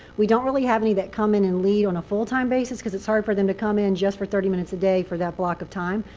we don't really have any that come in and lead on a full time basis. because it's hard for them to come in, just for thirty minutes a day, for that block of time.